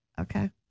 Okay